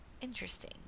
interesting